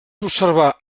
observar